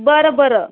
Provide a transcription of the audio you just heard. बरं बरं